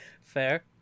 Fair